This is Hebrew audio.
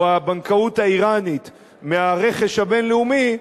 או הבנקאות האירנית מהרכש הבין-לאומי,